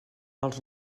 als